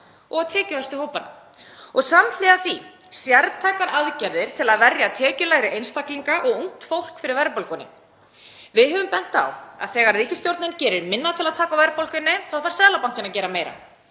og á tekjuhæstu hópana, og samhliða því sértækar aðgerðir til að verja tekjulægri einstaklinga og ungt fólk fyrir verðbólgunni. Við höfum bent á að þegar ríkisstjórnin gerir minna til að taka á verðbólgunni þá þarf Seðlabankinn að gera meira.